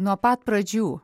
nuo pat pradžių